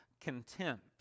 contempt